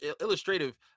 illustrative